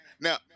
Now